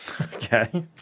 okay